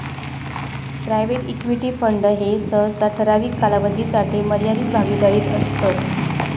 private equity fund ह्ये सहसा ठराविक कालावधीसाठी मर्यादित भागीदारीत असतत